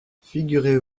figurez